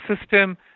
system